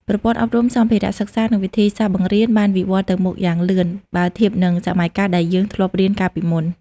ប្រព័ន្ធអប់រំ សម្ភារៈសិក្សា និងវិធីសាស្រ្តបង្រៀនបានវិវត្តន៍ទៅមុខយ៉ាងលឿន បើធៀបនឹងសម័យកាលដែលយើងធ្លាប់រៀនកាលពីមុន។